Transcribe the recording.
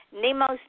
Nemo's